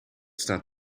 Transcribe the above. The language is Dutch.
staat